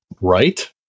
right